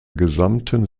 gesamten